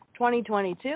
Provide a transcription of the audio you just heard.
2022